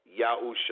Yahusha